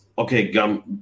okay